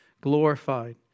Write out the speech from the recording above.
glorified